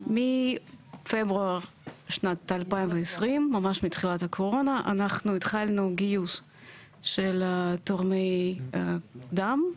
מפברואר שנת 2020 ממש בתחילת הקורונה אנחנו התחלנו גיוס של תורמי דם,